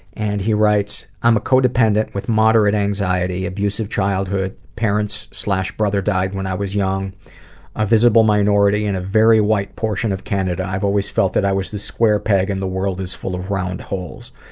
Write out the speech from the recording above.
and he writes, i'm a co-dependent with moderate anxiety abusive childhood parents brother died when i was young a visible minority in a very white portion of canada. i've always felt that i was the square peg and the world is full of round holes.